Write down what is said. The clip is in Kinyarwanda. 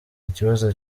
ikibazo